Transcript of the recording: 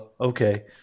okay